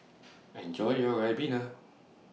Enjoy your Ribena